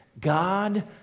God